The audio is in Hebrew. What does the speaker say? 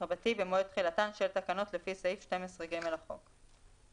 במועד תחילתן של תקנות לפי סעיף 12(ג) לחוק.